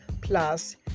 plus